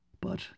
But